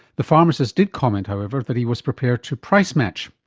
the pharmacist did comment, however, that he was prepared to price-match.